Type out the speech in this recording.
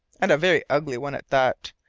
and a very ugly one at that!